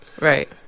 Right